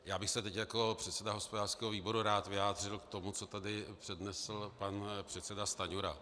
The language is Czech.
Já bych se teď jako předseda hospodářského výboru rád vyjádřil k tomu, co tady přednesl pan předseda Stanjura.